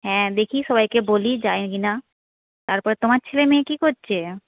হ্যাঁ দেখি সবাইকে বলি যায় কি না তারপর তোমার ছেলে মেয়ে কী করছে